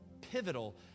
pivotal